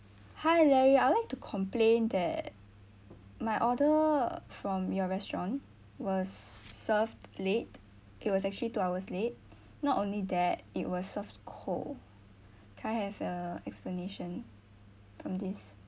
hi larry I like to complain that my order from your restaurant was served late it was actually two hours late not only that it was served cold can I have a explanation on this